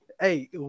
Hey